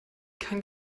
keinen